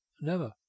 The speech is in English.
Never